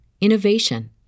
innovation